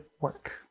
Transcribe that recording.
work